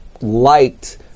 liked